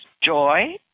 joy